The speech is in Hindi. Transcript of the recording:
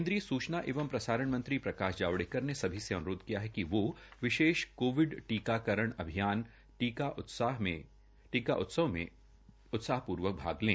केन्द्रीय सूचना एंव प्रसारण मंत्री प्रकाश जावड़ेकर ने सभी से अन्रोध किया है कि वो विशेष टीकाकरण अभियान टीका उत्सव में उत्साहपूर्वक भाग लें